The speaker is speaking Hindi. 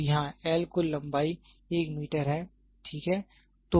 तो यहाँ L कुल लंबाई 1 मीटर है ठीक है